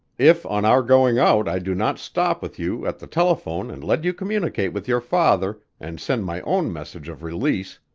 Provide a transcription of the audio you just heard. if on our going out i do not stop with you at the telephone and let you communicate with your father and send my own message of release,